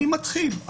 אני מתחיל.